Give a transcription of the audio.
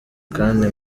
kandi